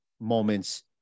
moments